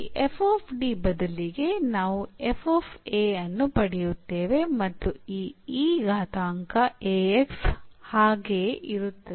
ಈ ಬದಲಿಗೆ ನಾವು f a ಅನ್ನು ಪಡೆಯುತ್ತೇವೆ ಮತ್ತು ಈ e ಘಾತಾಂಕ a x ಹಾಗೆಯೇ ಇರುತ್ತದೆ